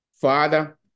Father